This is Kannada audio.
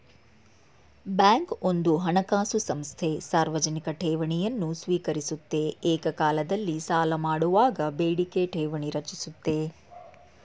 ಬ್ಯಾಂಕ್ ಒಂದು ಹಣಕಾಸು ಸಂಸ್ಥೆ ಸಾರ್ವಜನಿಕ ಠೇವಣಿಯನ್ನು ಸ್ವೀಕರಿಸುತ್ತೆ ಏಕಕಾಲದಲ್ಲಿ ಸಾಲಮಾಡುವಾಗ ಬೇಡಿಕೆ ಠೇವಣಿ ರಚಿಸುತ್ತೆ